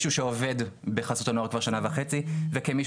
היום